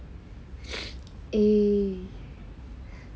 eh